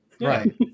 right